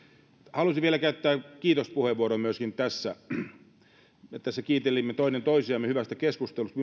halusin vielä käyttää kiitospuheenvuoron tässä me tässä kiittelimme toinen toisiamme hyvästä keskustelusta